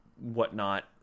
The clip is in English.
whatnot